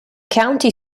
county